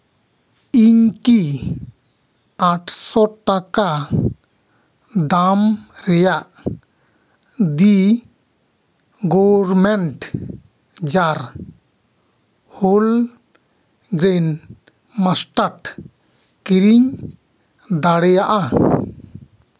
ᱤᱧ ᱠᱤ ᱟᱴᱥᱳ ᱴᱟᱠᱟ ᱫᱟᱢ ᱨᱮᱭᱟᱜ the gourmet jar whole grain mustard ᱠᱤᱨᱤᱧ ᱫᱟᱲᱮᱭᱟᱜᱼᱟ